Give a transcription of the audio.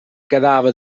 quedava